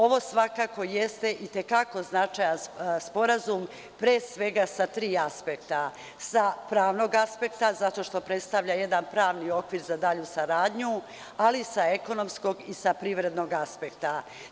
Ovo svakako jeste i te kako značajan sporazum, pre svega sa tri aspekta – sa pravnog aspekta, zato što predstavlja jedan pravni okvir za dalju saradnju, ali i sa ekonomskog i sa privrednog aspekta.